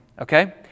okay